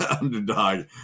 underdog